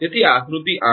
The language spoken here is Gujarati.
તેથી આકૃતિ 8